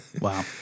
Wow